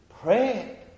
Pray